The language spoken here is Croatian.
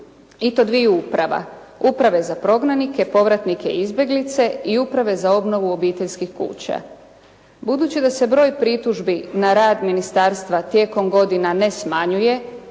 i to dviju uprava, Uprave za prognanike, povratnike i izbjeglice i Uprave za obnovu obiteljskih kuća. Budući da se broj pritužbi na rad ministarstva tijekom godina ne smanjuje